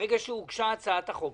ברגע שהוגשה הצעת החוק,